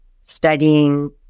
studying